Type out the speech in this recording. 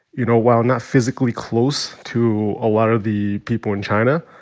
you know, while not physically close to a lot of the people in china,